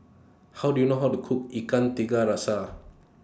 How Do YOU know How to Cook Ikan Tiga Rasa